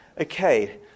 Okay